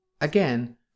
Again